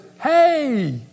Hey